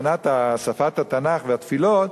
הבנת שפת התנ"ך והתפילות,